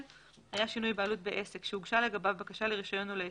(ג)היה שינוי בעלות בעסק שהוגשה לגביו בקשה לרישיון או להיתר,